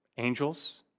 angels